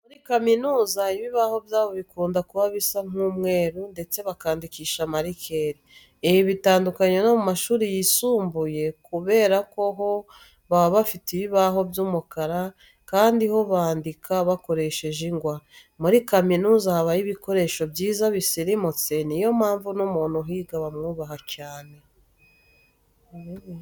Muri kaminuza ibibaho byaho bikunda kuba bisa nk'umweru ndetse bandikisha marikeri. Ibi bitandukanye no mu mashuri yisumbuye kubera ko ho baba bafite ibibaho by'umukara kandi ho bandika bakoresheje ingwa. Muri kaminuza habayo ibikoresho byiza bisirimutse, niyo mpamvu n'umuntu uhiga bamwubaha cyane.